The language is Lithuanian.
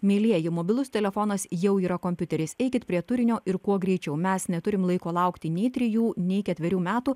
mielieji mobilus telefonas jau yra kompiuteris eikit prie turinio ir kuo greičiau mes neturime laiko laukti nei trijų nei ketverių metų